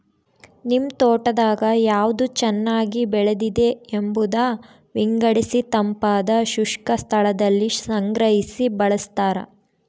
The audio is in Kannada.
ನಿಮ್ ತೋಟದಾಗ ಯಾವ್ದು ಚೆನ್ನಾಗಿ ಬೆಳೆದಿದೆ ಎಂಬುದ ವಿಂಗಡಿಸಿತಂಪಾದ ಶುಷ್ಕ ಸ್ಥಳದಲ್ಲಿ ಸಂಗ್ರಹಿ ಬಳಸ್ತಾರ